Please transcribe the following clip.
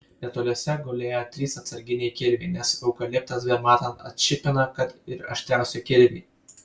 netoliese gulėjo trys atsarginiai kirviai nes eukaliptas bematant atšipina kad ir aštriausią kirvį